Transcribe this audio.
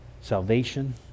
Salvation